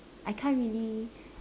I can't really